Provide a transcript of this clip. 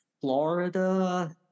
Florida